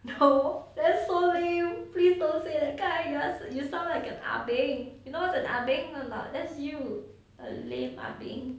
no that's so mean please don't say like that you know you sound like a ah beng you know what's a ah beng a not that's you a lame ah beng